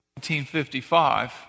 1955